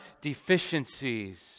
deficiencies